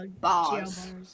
bars